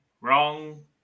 Wrong